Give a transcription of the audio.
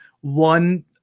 one